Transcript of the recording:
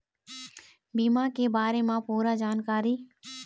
बीमा के बारे म पूरा जानकारी?